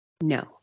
no